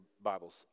Bibles